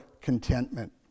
contentment